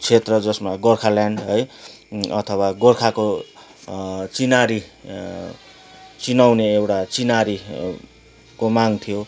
क्षेत्र जसमा गोरखाल्यान्ड है अथवा गोर्खाको चिन्हारी चिनाउने एउटा चिन्हारीको माँग थियो